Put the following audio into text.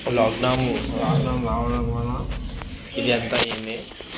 lockdown lockdown రావడం వలన ఇది అంతా అయింది